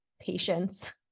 Patience